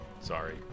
Sorry